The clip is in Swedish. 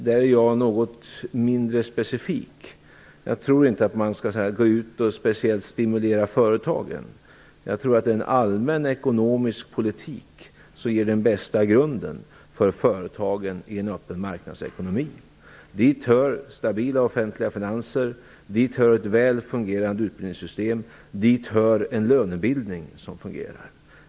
Där är jag något mindre specifik. Jag tror inte att vi skall gå ut och speciellt stimulera företagen. Jag tror att en allmän ekonomisk politik ger den bästa grunden för företagen i en öppen marknadsekonomi. Dit hör stabila offentliga finanser, ett väl fungerande utbildningssystem och en lönebildning som fungerar.